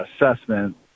assessment